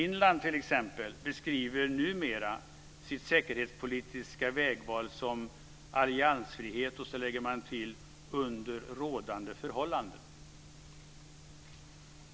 Finland beskriver t.ex. numera sitt säkerhetspolitiska vägval som "alliansfrihet" - och så lägger man till "under rådande förhållanden".